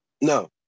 No